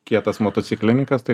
kietas motociklininkas tai